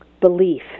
belief